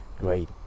great